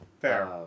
Fair